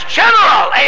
general